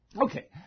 Okay